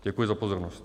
Děkuji za pozornost.